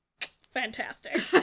fantastic